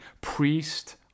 priest